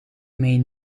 mijn